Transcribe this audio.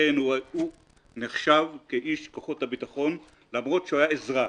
הוא נחשב כאיש כוחות הביטחון למרות שהיה אזרח.